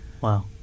Wow